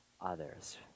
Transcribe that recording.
others